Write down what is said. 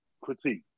critique